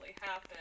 happen